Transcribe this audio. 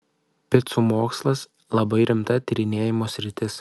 picų mokslas labai rimta tyrinėjimo sritis